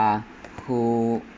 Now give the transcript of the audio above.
uh who